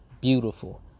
Beautiful